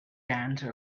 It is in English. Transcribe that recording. danced